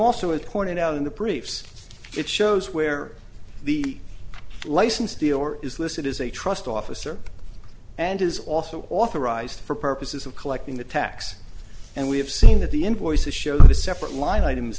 also it pointed out in the briefs it shows where the licensed dealer is listed as a trust officer and is also authorized for purposes of collecting the tax and we have seen that the invoices show the separate line items